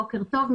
בוקר טוב,